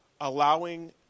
allowing